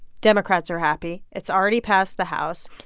democrats are happy. it's already passed the house.